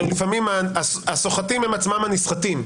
הרי לפעמים הסוחטים הם עצמם הנסחטים.